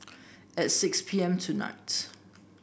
at six P M tonight